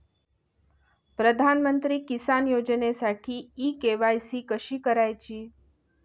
प्रधानमंत्री किसान योजनेसाठी इ के.वाय.सी कशी करायची?